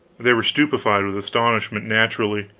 they were stupefied with astonishment naturally.